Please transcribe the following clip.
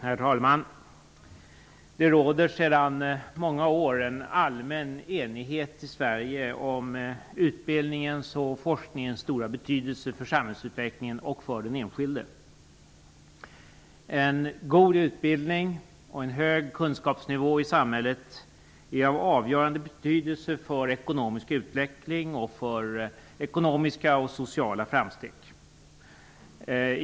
Herr talman! Det råder sedan många år en allmän enighet i Sverige om utbildningens och forskningens stora betydelse för samhällsutvecklingen och för den enskilde. En god utbildning och en hög kunskapsnivå i samhället är av avgörande betydelse för ekonomisk utveckling och för ekonomiska och sociala framsteg.